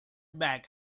bag